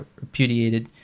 repudiated